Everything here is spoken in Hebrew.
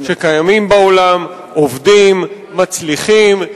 שקיימים בעולם, עובדים, מצליחים.